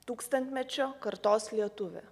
tūkstantmečio kartos lietuvė